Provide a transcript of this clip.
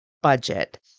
Budget